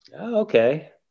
Okay